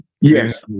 Yes